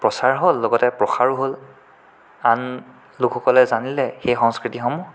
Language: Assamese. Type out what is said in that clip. প্ৰচাৰ হ'ল লগতে প্ৰসাৰো হ'ল আন লোকসকলে জানিলে সেই সংস্কৃতিসমূহ